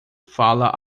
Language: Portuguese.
fala